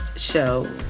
show